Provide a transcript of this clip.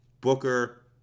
Booker